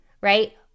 right